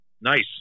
Nice